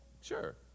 Sure